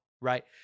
right